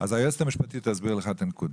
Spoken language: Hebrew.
אז היועצת המשפטית תסביר לך את הנקודה.